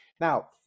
Now